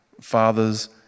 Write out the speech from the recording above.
fathers